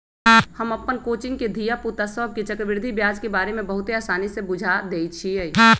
हम अप्पन कोचिंग के धिया पुता सभके चक्रवृद्धि ब्याज के बारे में बहुते आसानी से बुझा देइछियइ